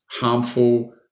harmful